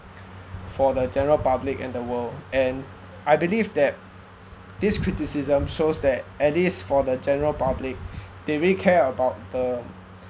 for the general public and the world and I believe that this criticism shows that at least for the general public they really care about the